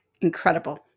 Incredible